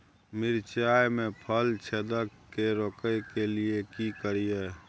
मिर्चाय मे फल छेदक के रोकय के लिये की करियै?